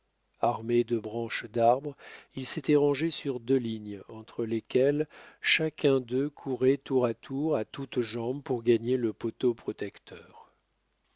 armés de branches d'arbres ils s'étaient rangés sur deux lignes entre lesquelles chacun d'eux courait tour à tour à toutes jambes pour gagner le poteau protecteur